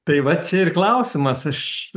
tai va čia ir klausimas aš